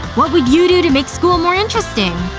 what would you do to make school more interesting?